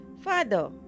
father